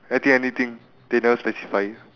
I think anything they never specify